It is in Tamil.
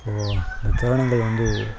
இப்போது இந்த தருணங்கள் வந்து